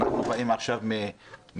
אנחנו באים עכשיו מהוועדה